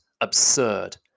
absurd